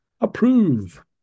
Approve